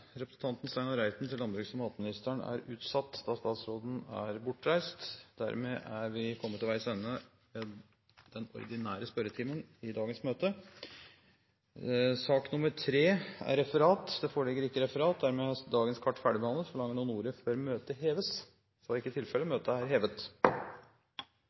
er utsatt, da statsråden er bortreist. Dermed er vi kommet til veis ende i den ordinære spørretimen i dagens møte. Det foreligger ikke referat. Dermed er dagens kart ferdigbehandlet. Forlanger noen ordet før møtet heves?